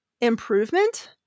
improvement